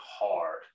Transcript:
hard